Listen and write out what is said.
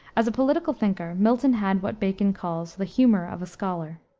as a political thinker, milton had what bacon calls the humor of a scholar.